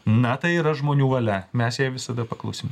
na tai yra žmonių valia mes jai visada paklusim